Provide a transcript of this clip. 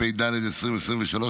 התשפ"ד 2024,